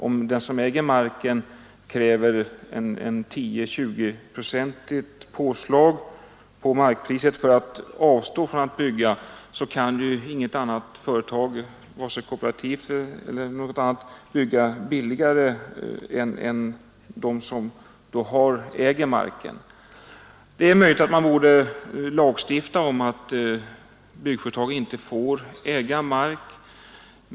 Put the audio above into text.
Om den som äger marken kräver ett påslag av 10—20 procent på markpriset för att avstå från att bygga är det självklart att inget annat företag, vare sig kooperativt eller annat, kan bygga billigare än den som äger marken. Det är möjligt att man borde lagstifta om att byggföretag inte får äga mark.